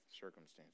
circumstances